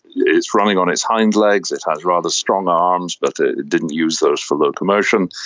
it's running on its hind legs, it has rather strong arms but ah it didn't use those for locomotion,